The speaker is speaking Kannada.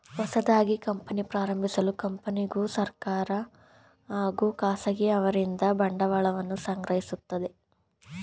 ಹೊಸದಾಗಿ ಕಂಪನಿ ಪ್ರಾರಂಭಿಸಲು ಕಂಪನಿಗೂ ಸರ್ಕಾರಿ ಹಾಗೂ ಖಾಸಗಿ ಅವರಿಂದ ಬಂಡವಾಳವನ್ನು ಸಂಗ್ರಹಿಸುತ್ತದೆ